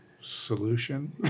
solution